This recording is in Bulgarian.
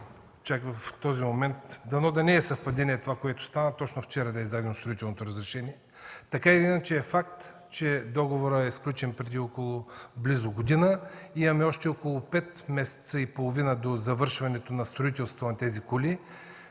два месеца. Дано да не е съвпадение това, което става – точно вчера да е издадено строителното разрешение. Така или иначе е факт, че договорът е сключен преди близо година. Имаме още около пет месеца и половина до завършването на строителството на тези кули.